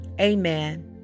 amen